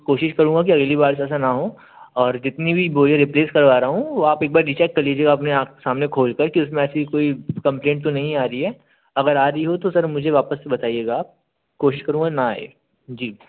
कोशिश करूंगा कि अगली बार से ऐसा न हो और जितनी भी बोरियाँ रिप्लेस करवाना वो आप एक बार डिसाइड कर लीजिएगा अपने आप सामने खोल कर कि इसमें ऐसी कोई कॉम्प्लेन तो नहीं आ रही है अगर आ रही हो तो सर मुझे वापस से बताइएगा आप कोशिश करूंगा न आये जी